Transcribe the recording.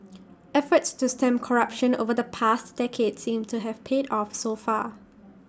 efforts to stem corruption over the past decade seem to have paid off so far